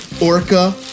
Orca